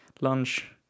lunch